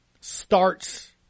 starts